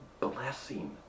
blessing